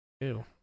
Ew